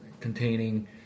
containing